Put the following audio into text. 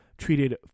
treated